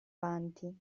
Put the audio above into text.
avanti